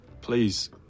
please